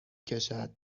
کشد